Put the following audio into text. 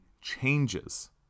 changes